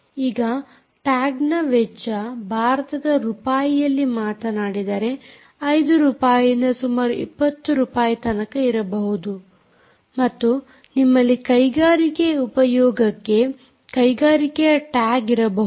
ಈಗ ಟ್ಯಾಗ್ನ ವೆಚ್ಚ ಭಾರತದ ರೂಪಾಯಿಯಲ್ಲಿ ಮಾತನಾಡಿದರೆ 5 ರೂಪಾಯಿಯಿಂದ ಸುಮಾರು 20 ರೂಪಾಯಿ ತನಕ ಇರಬಹುದು ಮತ್ತು ನಿಮ್ಮಲ್ಲಿ ಕೈಗಾರಿಕೆಯ ಉಪಯೋಗಕ್ಕೆ ಕೈಗಾರಿಕೆಯ ಟ್ಯಾಗ್ ಇರಬಹುದು